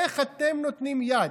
איך אתם נותנים יד?